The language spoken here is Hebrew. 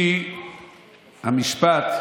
רק רצון הריבון העליון,